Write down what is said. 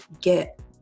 get